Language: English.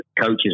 coaches